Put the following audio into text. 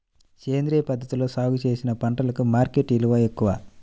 సేంద్రియ పద్ధతిలో సాగు చేసిన పంటలకు మార్కెట్ విలువ ఎక్కువ